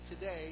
today